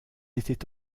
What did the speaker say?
étaient